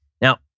Now